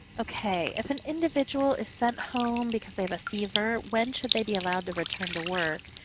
okay. if an individual is sent home because they have a fever, when should they be allowed to return to work?